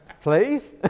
please